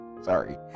Sorry